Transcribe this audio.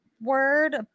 word